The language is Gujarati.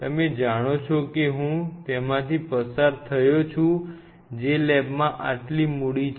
તમે જાણો છો કે હું તેમાંથી પસાર થયો છું જે લેબમાં આટલી મૂડી છે